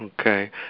Okay